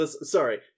sorry